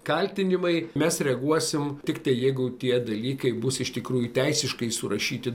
kaltinimai mes reaguosim tiktai jeigu tie dalykai bus iš tikrųjų teisiškai surašyti